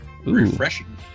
Refreshing